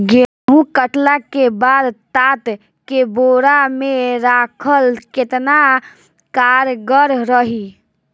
गेंहू कटला के बाद तात के बोरा मे राखल केतना कारगर रही?